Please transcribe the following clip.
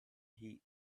heat